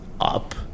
up